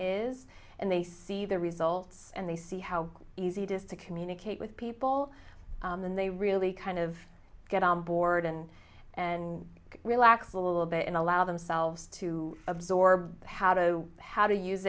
is and they see the results and they see how easy it is to communicate with people and they really kind of get on board and and relax a little bit and allow themselves to absorb how to how to use